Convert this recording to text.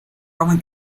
roman